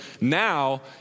Now